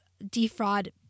Defraud